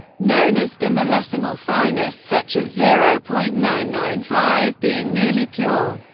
known as the millesimal fineness, such as zero point nine nine five being nearly pure.